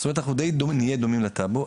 אנחנו די נהיה דומים לטאבו.